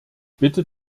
bitte